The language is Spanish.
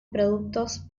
productos